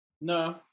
No